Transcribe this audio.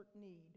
need